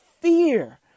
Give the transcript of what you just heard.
fear